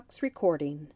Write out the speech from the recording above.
recording